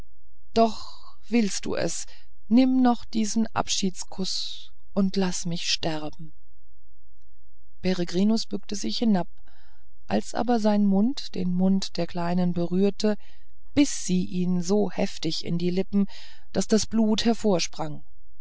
doch du willst es nimm noch diesen abschiedskuß und laß mich sterben peregrinus bückte sich hinab als aber sein mund den mund der kleinen berührte biß sie ihn so heftig in die lippen daß das blut